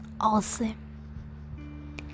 awesome